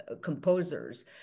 composers